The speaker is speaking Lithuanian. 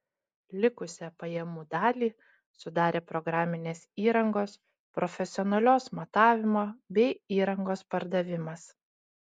likusią pajamų dalį sudarė programinės įrangos profesionalios matavimo bei įrangos pardavimas